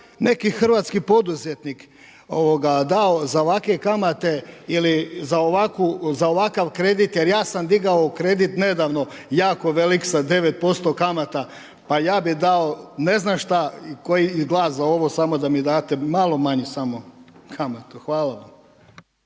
neki hrvatski poduzetnik dao za ovakve kamate ili za ovakav kredit, jer ja sam digao kredit nedavno jako velik sa 9% kamata. Pa ja bih dao ne znam šta, koji glas za ovo samo da mi date malo manju samo kamatu. Hvala vam.